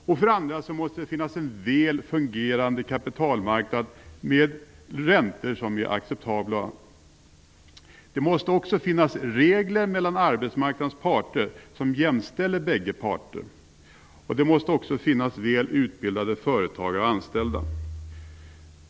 För det andra måste det finnas en väl fungerande kapitalmarknad med räntor som är acceptabla. För det tredje måste det finnas regler för arbetsmarknadens parter som jämställer bägge parter. För det fjärde måste det finnas väl utbildade företagare och anställda.